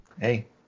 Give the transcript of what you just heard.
hey